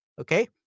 Okay